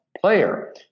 player